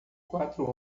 quatro